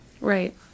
Right